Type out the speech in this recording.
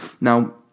Now